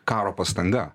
karo pastanga